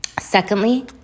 Secondly